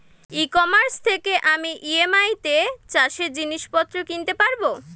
ই commerce থেকে আমি EMI তে চাষে জিনিসপত্র কিনতে পারব?